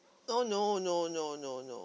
no no no no no no